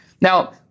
Now